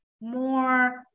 more